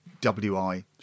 WI